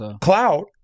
Clout